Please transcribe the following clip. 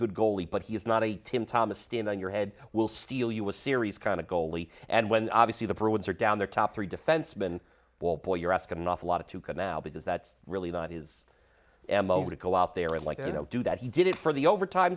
good goalie but he is not a tim thomas stand on your head will steal you a series kind of goalie and when obviously the bruins are down their top three defensemen ballboy you're asking an awful lot of two can now because that's really not his m o to go out there and like i don't do that he did it for the overtime